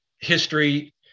history